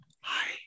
Hi